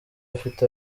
afite